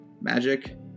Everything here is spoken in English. magic